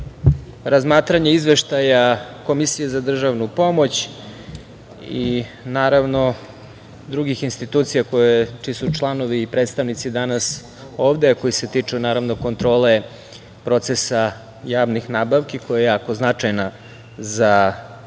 razmatranje izveštaja Komisije za državnu pomoć i, naravno, drugih institucija čiji su članovi predstavnici danas ovde a koji se tiču kontrole procesa javnih nabavki, koja je jako značajna za naš